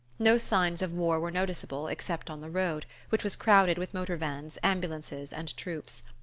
no signs of war were noticeable except on the road, which was crowded with motor vans, ambulances and troops.